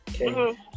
Okay